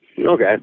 Okay